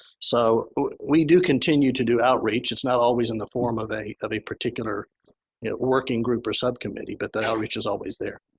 so we do continue to do outreach. it's not always in the form of a of a particular working group or subcommittee but the outreach is always there.